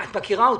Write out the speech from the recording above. את מכירה אותי.